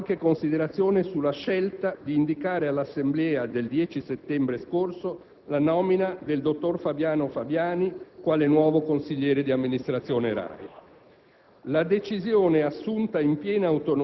Vengo ora, signor Presidente, a qualche considerazione sulla scelta di indicare all'assemblea del 10 settembre scorso la persona del dottor Fabiano Fabiani quale nuovo consigliere di amministrazione